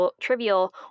trivial